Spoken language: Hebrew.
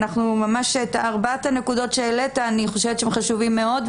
ואנחנו ממש את ארבעת הנקודות שהעלית אני חושבת שהם חשובים מאוד,